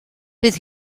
bydd